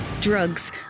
Drugs